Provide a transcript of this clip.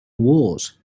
wars